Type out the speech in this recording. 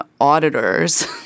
auditors